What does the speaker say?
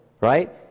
right